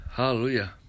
Hallelujah